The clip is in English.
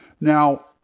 Now